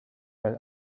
weil